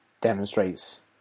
demonstrates